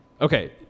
Okay